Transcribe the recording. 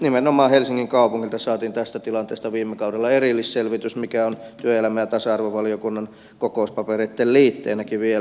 nimenomaan helsingin kaupungilta saatiin tästä tilanteesta viime kaudella erillisselvitys joka on työelämä ja tasa arvovaliokunnan kokouspapereitten liitteenäkin vielä